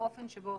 האופן שבו